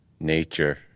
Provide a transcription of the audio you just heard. Nature